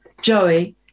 Joey